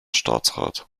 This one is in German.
staatsrat